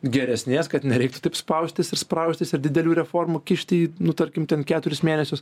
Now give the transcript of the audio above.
geresnės kad nereiktų taip spaustis ir spraustis ir didelių reformų kišti nu tarkim ten keturis mėnesius